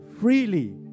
freely